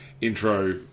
intro